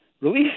release